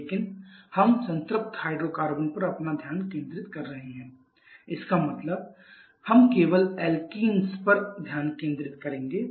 लेकिन हम संतृप्त हाइड्रोकार्बन पर अपना ध्यान केंद्रित कर रहे हैं इसका मतलब हम केवल एल्किंस पर ध्यान केंद्रित करेंगे